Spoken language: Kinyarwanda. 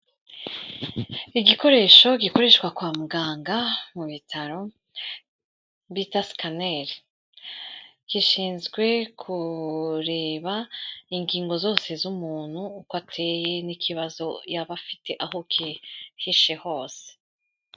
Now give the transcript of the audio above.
Igikoresho gikoreshwa kwa muganga mu bitaro bita sikaneri gishinzwe kureba ingingo zose z'umuntu uko ateye n'ikibazo yaba afite aho kihishe hose.